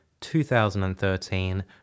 2013